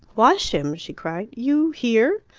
wash him! she cried. you? here?